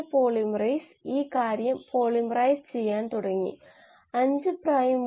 ഉപാപചയ ഫ്ലക്സ് വിശകലനം ലൈസിൻ ഉത്പാദനം ജനപ്രിയമാക്കിയ ഉദാഹരണം നമുക്ക് പരിഗണിക്കാം